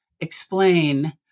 explain